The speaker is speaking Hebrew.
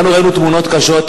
תודה רבה.